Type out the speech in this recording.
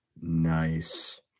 Nice